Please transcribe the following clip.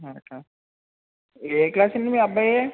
okay A class అండి మీ అబ్బాయి